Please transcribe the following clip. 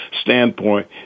standpoint